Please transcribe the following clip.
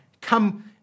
come